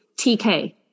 TK